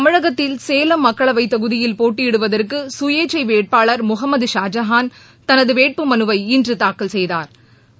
தமிழகத்தில் சேலம் மக்களவைத் தொகுதியில் போட்டியிடுவதற்கு சுயேட்சை வேட்பாளர் முகமது ஷாஜஹான் தனது வேட்புமனுவை இன்று தாக்கல் செய்தாா்